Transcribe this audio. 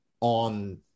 on